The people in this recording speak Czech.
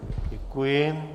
Děkuji.